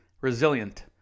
Resilient